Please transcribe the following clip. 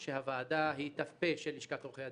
שהוועדה היא ת"פ של לשכת עורכי הדין.